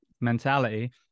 mentality